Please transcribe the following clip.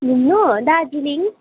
घुम्नु दार्जिलिङ